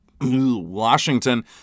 Washington